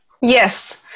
Yes